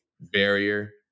barrier